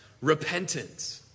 repentance